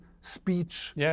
speech